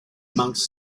amongst